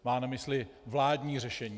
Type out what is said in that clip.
Má na mysli vládní řešení.